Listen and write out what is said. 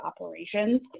operations